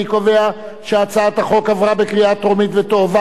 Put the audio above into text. אני קובע שהצעת החוק עברה בקריאה טרומית ותועבר